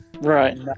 Right